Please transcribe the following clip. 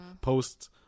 posts